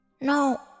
No